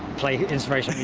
play inspirational